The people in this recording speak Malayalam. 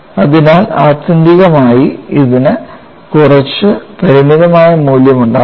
അതിനാൽ ആത്യന്തികമായി ഇതിന് കുറച്ച് പരിമിതമായ മൂല്യമുണ്ടാകും